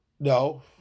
No